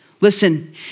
Listen